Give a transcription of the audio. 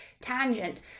tangent